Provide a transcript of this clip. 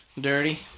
dirty